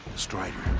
strider.